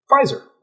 Pfizer